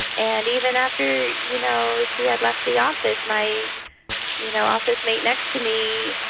and even after you know she had left the office, my you know office mate next to me